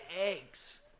eggs